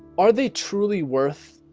are they truly worth?